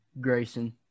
grayson